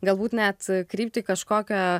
galbūt net krypti į kažkokią